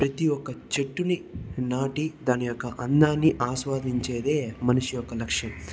ప్రతి ఒక చెట్టుని నాటి దాని యొక్క అందాన్ని ఆస్వాదించేదే మనిషి యొక్క లక్ష్యం